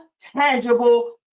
tangible